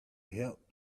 help